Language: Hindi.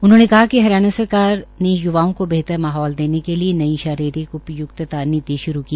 उनहोंने कहा कि हरियाणा सरकार ने य्वाओं को बेहतर माहौल देने के लिये नई शारीरिक उपय्क्ता नीति शुरू की